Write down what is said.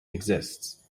exists